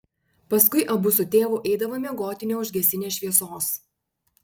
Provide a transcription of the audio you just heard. paskui abu su tėvu eidavo miegoti neužgesinę šviesos